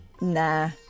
Nah